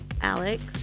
Alex